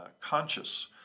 conscious